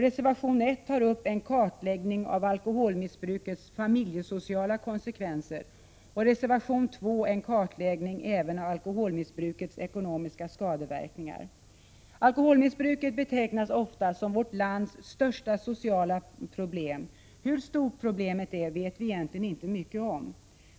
Reservation 1 tar upp en kartläggning av alkolholmissbrukets familjesociala konsekvenser och reservation 2 en kartläggning även av alkoholmissbrukets ekonomiska skadeverkningar. Alkoholmissbruket betecknas ofta som vårt lands största sociala problem. Hur stort problemet är vet vi egentligen inte mycket om.